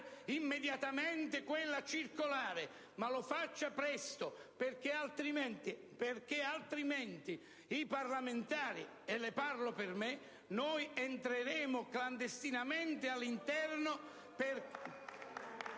immediatamente quella circolare e a farlo presto, altrimenti i parlamentari - e le parlo per me - entreranno clandestinamente all'interno delle